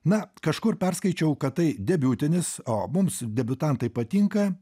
na kažkur perskaičiau kad tai debiutinis o mums debiutantai patinka